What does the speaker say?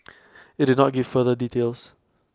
IT did not give further details